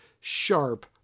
sharp